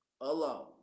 alone